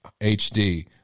HD